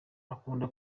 akunda